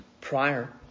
prior